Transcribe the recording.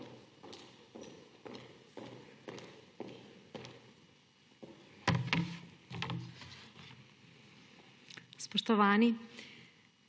Spoštovani!